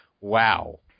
Wow